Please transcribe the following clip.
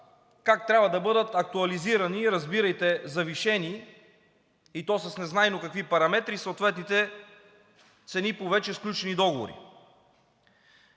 как трябва да бъдат актуализирани, разбирайте – завишени, и то с незнайно какви параметри, съответните цени по вече сключени договори.